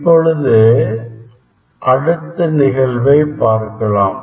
இப்பொழுது அடுத்த நிகழ்வை பார்க்கலாம்